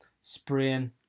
spraying